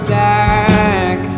back